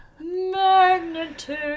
Magnitude